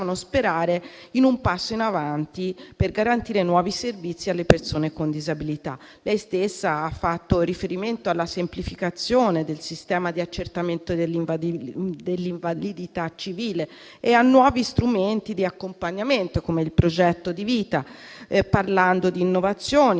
sperare in un passo in avanti per garantire nuovi servizi alle persone con disabilità. Lei stessa ha fatto riferimento alla semplificazione del sistema di accertamento dell'invalidità civile e a nuovi strumenti di accompagnamento, come il progetto di vita, parlando di innovazioni che